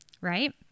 right